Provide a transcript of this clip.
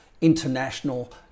international